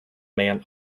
man